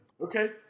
Okay